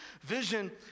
Vision